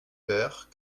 pères